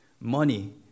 Money